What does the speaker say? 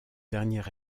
dernier